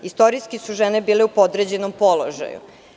Istorijski su žene bile u podređenom položaju.